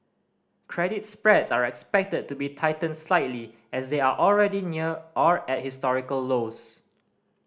credit spreads are expected to be tightened slightly as they are already near or at historical lows